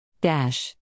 Dash